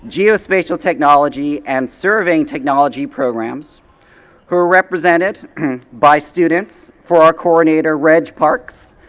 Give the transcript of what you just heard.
geospatial technology and serving technology programs who are represented by students for our coordinator reg parks,